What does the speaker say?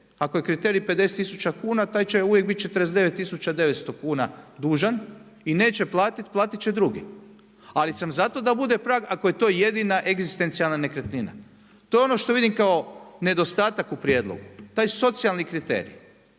Ako je kriterij 50000 kuna, taj će uvijek biti 49900 kuna dužan i neće platit, platit će drugi. Ali sam za to da bude prag ako je to jedina egzistencijalna nekretnina. To je ono što vidim kao nedostatak u prijedlogu. Taj socijalni kriterij.